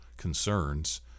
concerns